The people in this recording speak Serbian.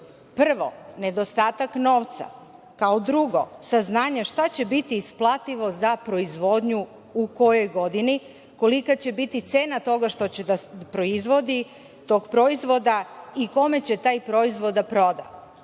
Prvo, nedostatak novca, kao drugo, saznanje šta će biti isplativo za proizvodnju u kojoj godini, kolika će biti cena toga što će da proizvodi, tog proizvoda, i kome će taj proizvod da proda.